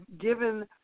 given